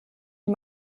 die